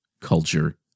culture